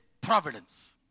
providence